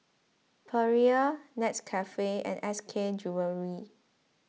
Perrier Nescafe and S K Jewellery